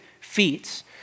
feats